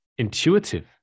intuitive